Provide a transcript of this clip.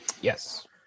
Yes